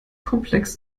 komplex